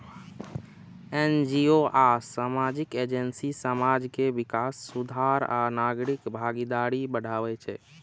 NGO आ सामाजिक agency समाज के विकास, सुधार आ नागरिक भागीदारी बढ़ाबै छै